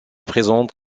présente